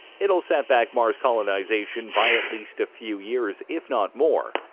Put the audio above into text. it'll set back mars colonization by at least a few years, if not more.